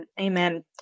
Amen